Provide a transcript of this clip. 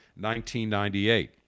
1998